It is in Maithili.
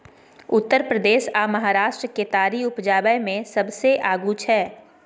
उत्तर प्रदेश आ महाराष्ट्र केतारी उपजाबै मे सबसे आगू छै